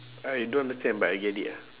I don't understand but I get it ah